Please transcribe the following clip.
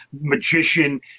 magician